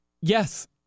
Yes